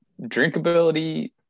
Drinkability